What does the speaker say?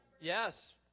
yes